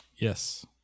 Yes